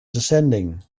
descending